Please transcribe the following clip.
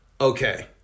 Okay